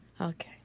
Okay